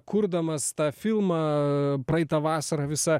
kurdamas tą filmą praeitą vasarą visą